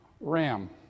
Ram